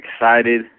excited